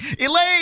Elaine